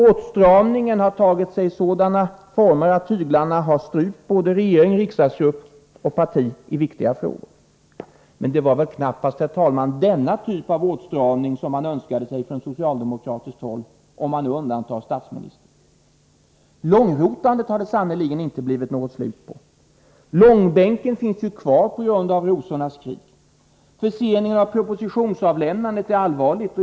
Åtstramningen har tagit sådana former att tyglarna har strypt både regering, riksdagsgrupp och parti i viktiga frågor. Men det var väl knappast denna typ av åtstramning som man önskade sig från socialdemokratiskt håll, om jag nu undantar statsministern. Långrotandet har det sannerligen inte blivit slut på. Långbänken finns kvar på grund av ”rosornas krig”. Förseningen av propositionsavlämnandet är allvarlig.